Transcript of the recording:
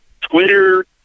Twitter